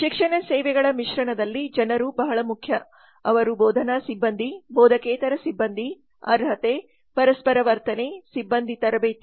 ಶಿಕ್ಷಣ ಸೇವೆಗಳ ಮಿಶ್ರಣದಲ್ಲಿ ಜನರು ಬಹಳ ಮುಖ್ಯ ಅವರು ಬೋಧನಾ ಸಿಬ್ಬಂದಿ ಬೋಧಕೇತರ ಸಿಬ್ಬಂದಿ ಅರ್ಹತೆ ಪರಸ್ಪರ ವರ್ತನೆ ಸಿಬ್ಬಂದಿ ತರಬೇತಿ